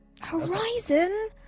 Horizon